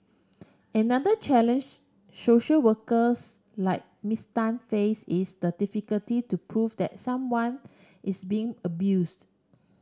another challenge social workers like Miss Tan face is the difficulty to prove that someone is being abused